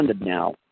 now